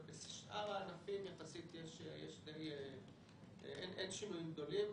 בשאר הענפים יחסית אין שינויים גדולים.